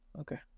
Okay